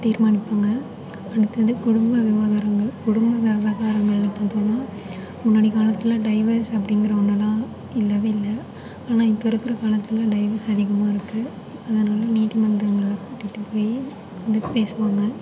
தீர்மானிப்பாங்கள் அடுத்தது குடும்ப விவகாரங்கள் குடும்ப விவகாரங்கள்னு பார்த்தோம்னா முன்னாடி காலத்தில் டைவஸ் அப்படிங்கிற ஒன்றுலாம் இல்லவே இல்லை ஆனால் இப்போ இருக்கிற காலத்தில் டைவஸ் அதிகமாக இருக்குது அதனால் நீதிமன்றங்கள் கூட்டிட்டு போய் வந்து பேசுவாங்கள்